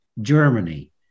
Germany